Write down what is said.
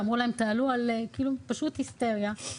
ואמרו להם --- פשוט היסטריה.